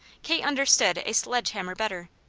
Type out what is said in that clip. kate understood a sledge-hammer better.